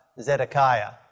Zedekiah